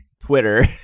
Twitter